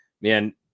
Man